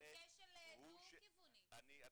זו בדיוק הבעיה.